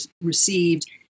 received